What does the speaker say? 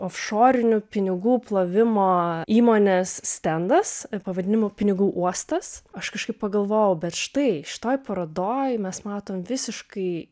ofšorinių pinigų plovimo įmonės stendas pavadinimu pinigų uostas aš kažkaip pagalvojau bet štai šitoj parodoj mes matom visiškai